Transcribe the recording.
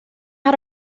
how